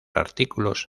artículos